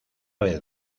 vez